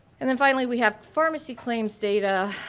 and then finally we have pharmacy claims data,